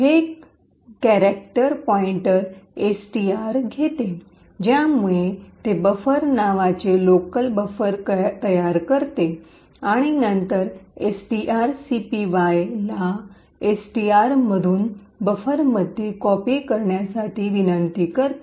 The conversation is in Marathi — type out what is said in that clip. हे कयारक्टेर पॉइंटर एसटीआर घेते ज्यामुळे ते बफर नावाचे लोकल बफर तयार करते आणि नंतर एसटीआरसीपीवाय ला एसटीआर मधून बफरमध्ये कॉपी करण्यासाठी विनंती करते